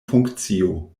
funkcio